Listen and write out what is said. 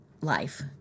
life